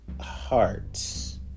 hearts